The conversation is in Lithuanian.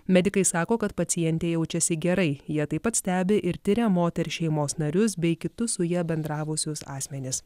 medikai sako kad pacientė jaučiasi gerai ją taip pat stebi ir tiria moters šeimos narius bei kitus su ja bendravusius asmenis